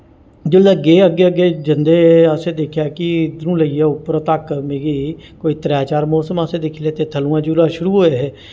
जुल्लै गे अग्गें अग्गें जन्दे असें दिक्खेआ कि इद्धरों लेइयै उप्पर तक मिगी कोई त्रै चार मौसम असें दिक्खी लैते थल्लोआं जुल्लै शुरू होए हे